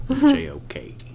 J-O-K